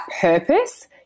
purpose